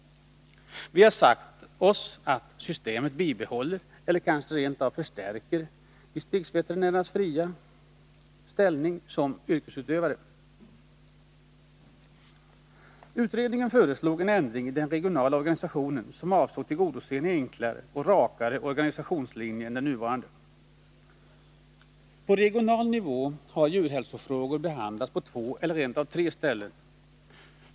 Vi har sagt att systemet bibehåller, kanske t.o.m. förstärker, distriktsveterinärernas fria ställning som yrkesutövare. nuvarande. På regional nivå har djurhälsofrågor handlagts på två, eller rent av tre ställen.